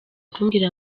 kubwira